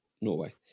Norway